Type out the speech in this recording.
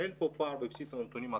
אין פה פער בבסיס הנתונים,